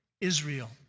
Israel